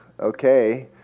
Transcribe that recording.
Okay